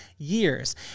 years